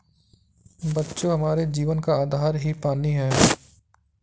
बच्चों हमारे जीवन का आधार ही पानी हैं